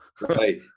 Right